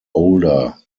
older